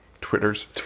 twitters